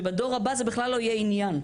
שבדור הבא זה בכלל לא יהיה עניין,